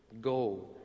Go